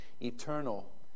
eternal